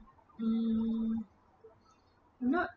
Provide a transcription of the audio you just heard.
mmhmm not